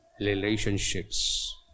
relationships